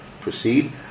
proceed